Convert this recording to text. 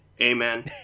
Amen